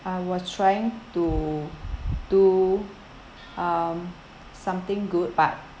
I was trying to do um something good but